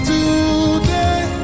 Today